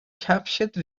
کفشت